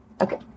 Okay